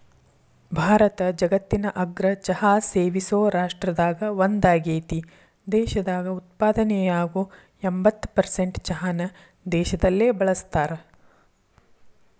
ಭಾರತ ಜಗತ್ತಿನ ಅಗ್ರ ಚಹಾ ಸೇವಿಸೋ ರಾಷ್ಟ್ರದಾಗ ಒಂದಾಗೇತಿ, ದೇಶದಾಗ ಉತ್ಪಾದನೆಯಾಗೋ ಎಂಬತ್ತ್ ಪರ್ಸೆಂಟ್ ಚಹಾನ ದೇಶದಲ್ಲೇ ಬಳಸ್ತಾರ